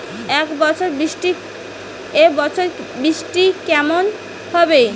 এবছর বৃষ্টি কেমন হবে?